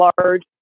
large